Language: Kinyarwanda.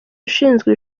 ushinzwe